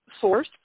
source